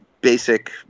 basic